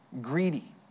greedy